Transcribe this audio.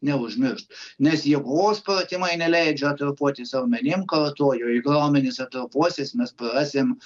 neužmiršt nes jėgos pratimai neleidžia atrofuotis raumenim kartoju jeigu raumenys atrofuosis mes prarasim